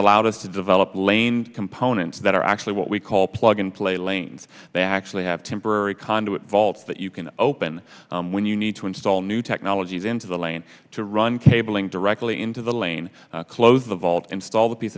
allowed us to develop lane components that are actually what we call plug and play lanes they actually have temporary conduit vaults that you can open when you need to install new technologies into the lane to run cabling directly into the lane closed the vault install the piece